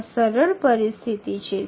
આ સરળ પરિસ્થિતિ છે